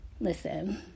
Listen